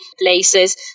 places